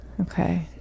Okay